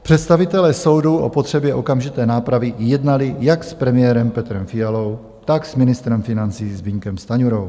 Představitelé soudů o potřebě okamžité nápravy jednali jak s premiérem Petrem Fialou, tak s ministrem financí Zbyňkem Stanjurou.